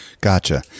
Gotcha